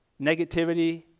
negativity